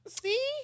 see